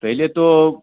पहले तो